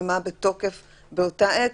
ומה בתוקף באותה עת.